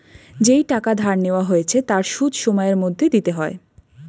যেই টাকা ধার নেওয়া হয়েছে তার সুদ সময়ের মধ্যে দিতে হয়